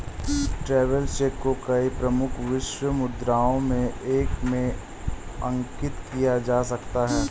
travellers cheque को कई प्रमुख विश्व मुद्राओं में से एक में अंकित किया जा सकता है